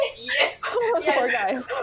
Yes